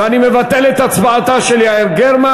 ואני מבטל את הצבעתה של יעל גרמן.